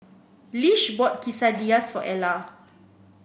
Lish bought Quesadillas for Ela